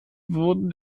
wurden